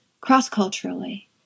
cross-culturally